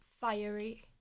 fiery